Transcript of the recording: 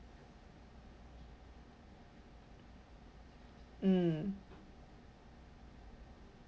mm